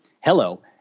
Hello